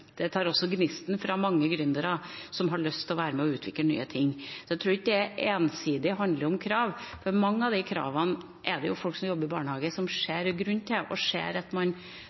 Det tar også gnisten fra mange gründere som har lyst til å være med og utvikle nye ting. Så jeg tror ikke det ensidig handler om krav. Mange av disse kravene ser jo folk som jobber i barnehage, en grunn til, at det er noe man